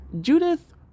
Judith